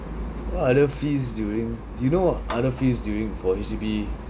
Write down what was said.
what other fees during you know ah other fees during for H_D_B